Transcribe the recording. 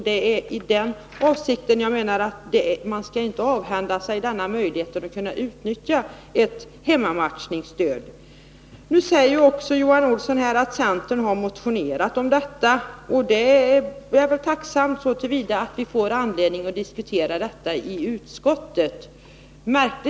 Därför skall vi inte avhända oss denna möjlighet att utnyttja ett hemmamatchningsstöd. Johan Olsson säger också att centern har motionerat om detta. Det är jag tacksam för så till vida att vi får anledning att i utskottet diskutera frågan.